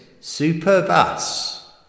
Superbus